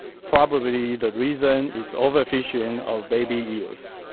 probably the reason is overfishing of baby eels.